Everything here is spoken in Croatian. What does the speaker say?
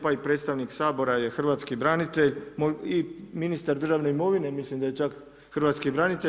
Pa i predstavnik Sabora je hrvatski branitelj i ministar državne imovine mislim da je čak hrvatski branitelj.